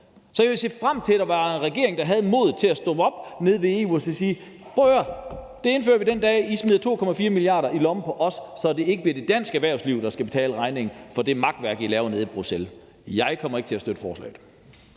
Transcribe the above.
Så jeg vil se frem til, at der er en regering, der har modet til at stå fast nede i EU og sige: Prøv at høre, det indfører vi, den dag I smider 2,4 mia. kr. i lommen på os, så det ikke bliver det danske erhvervsliv, der skal betale regningen for det makværk, I laver nede i Bruxelles. Jeg kommer ikke til at støtte forslaget.